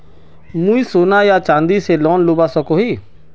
मुई सोना या चाँदी से लोन लुबा सकोहो ही?